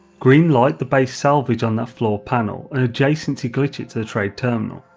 greenlight the base salvage on that floor panel and adjacency glitch it to the trade terminal.